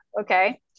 okay